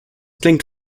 klingt